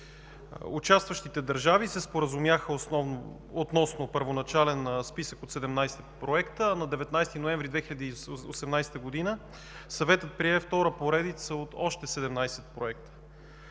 Участващите държави се споразумяха относно първоначален списък от 17 проекта. На 19 ноември 2018 г. Съветът прие втора поредица от още 17 проекта.